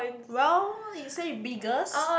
well you say biggest